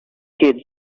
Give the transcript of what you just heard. kids